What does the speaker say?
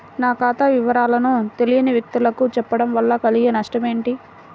నా ఖాతా వివరాలను తెలియని వ్యక్తులకు చెప్పడం వల్ల కలిగే నష్టమేంటి?